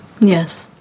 yes